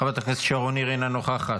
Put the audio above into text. חבר הכנסת סגלוביץ' אינו נוכח,